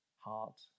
Heart